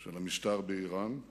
של המשטר באירן,